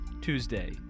Tuesday